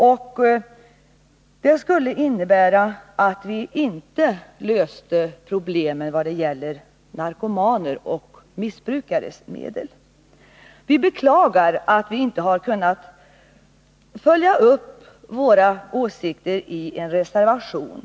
Ett bifall till denna motion skulle innebära att vi inte löste problemen vad det gäller narkomaner och missbrukare. Vi beklagar att vi inte kunnat följa upp våra åsikter i en reservation.